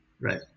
right